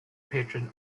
patron